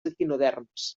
equinoderms